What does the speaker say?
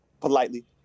Politely